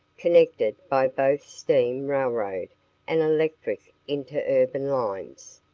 connected by both steam railroad and electric interurban lines.